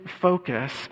focus